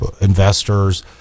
investors